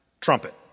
trumpet